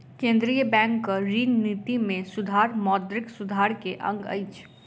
केंद्रीय बैंकक ऋण निति में सुधार मौद्रिक सुधार के अंग अछि